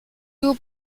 two